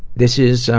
this is,